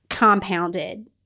compounded